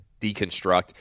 deconstruct